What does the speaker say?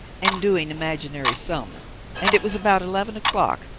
and doing imaginary sums and it was about eleven o'clock,